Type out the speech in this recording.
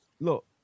look